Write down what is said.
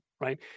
right